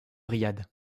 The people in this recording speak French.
riyad